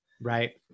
Right